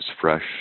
fresh